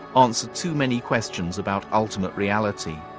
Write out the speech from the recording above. answer too many questions about ultimate reality.